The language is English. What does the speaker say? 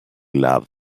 love